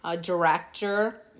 director